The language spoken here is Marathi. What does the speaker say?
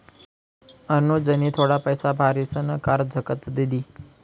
अनुजनी थोडा पैसा भारीसन कार इकत लिदी